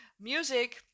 music